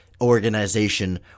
organization